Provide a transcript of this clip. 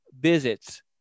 visits